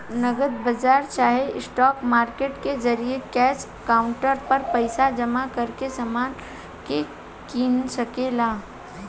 नगद बाजार चाहे स्पॉट मार्केट के जरिये कैश काउंटर पर पइसा जमा करके समान के कीना सके ला